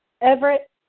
Everett